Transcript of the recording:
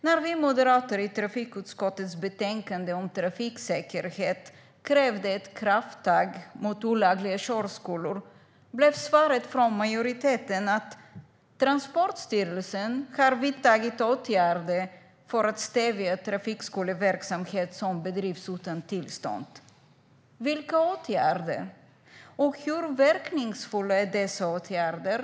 När vi moderater i trafikutskottets betänkande om trafiksäkerhet krävde ett krafttag mot olagliga körskolor blev svaret från majoriteten: Transportstyrelsen har vidtagit åtgärder för att stävja trafikskoleverksamhet som bedrivs utan tillstånd. Vilka åtgärder är det? Och hur verkningsfulla är dessa åtgärder?